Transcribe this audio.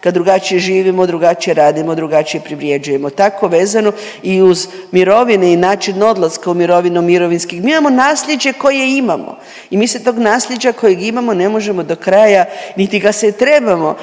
kad drugačije živimo, drugačije radimo, drugačije privrjeđujemo. Tako vezano i uz mirovine i način odlaska u mirovinu, mirovinski, mi imamo nasljeđe koje imamo i mi se tog nasljeđa kojeg imamo ne možemo do kraja niti ga se trebamo,